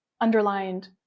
underlined